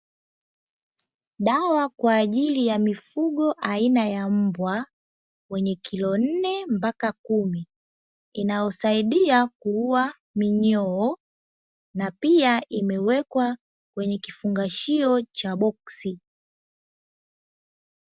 Dawa kwa ajili ya mifugo aina ya mbwa wenye kilo nne mpaka kumi inayosaidia kuua minyoo, na pia imewekwa kwenye kifungashio cha boksi.